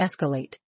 escalate